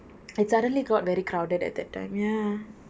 it suddenly got very crowded at that time ya